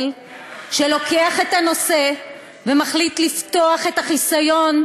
שלוקח את הנושא ומחליט לפתוח את החיסיון.